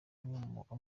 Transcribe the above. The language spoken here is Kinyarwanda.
inkomoko